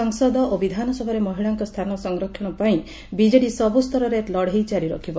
ସଂସଦ ଓ ବିଧାନସଭାରେ ମହିଳାଙ୍କ ସ୍ସାନ ସଂରକ୍ଷଣ ପାଇଁ ବିଜେଡି ସବୁ ସ୍ତରରେ ଲଢେଇ ଜାରି ରଖିବ